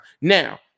Now